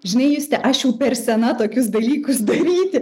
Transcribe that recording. žinai juste aš jau per sena tokius dalykus daryti